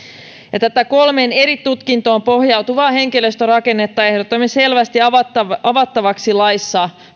tätä kolmeen eri tutkintoon pohjautuvaa henkilöstörakennetta ehdotamme selvästi avattavaksi avattavaksi laissa